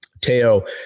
Teo